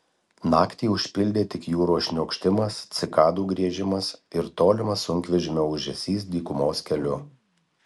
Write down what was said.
naktį užpildė tik jūros šniokštimas cikadų griežimas ir tolimas sunkvežimio ūžesys dykumos keliu